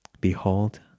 behold